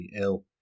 ill